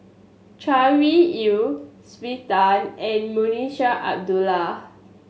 Chay Weng Yew Twisstii and Munshi Abdullah